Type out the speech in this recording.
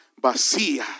vacía